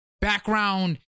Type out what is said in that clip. background